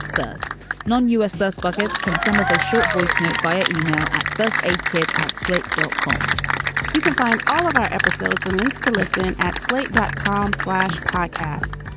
first non-u s. those buckets can send us a short voice note via email at first aid kids at slate dot com you can find all of our episodes and links to listen at slate dot com slash podcast.